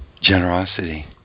Generosity